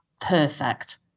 perfect